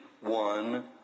one